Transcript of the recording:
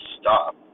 stop